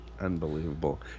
unbelievable